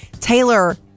Taylor